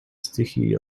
sticky